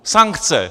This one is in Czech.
Sankce!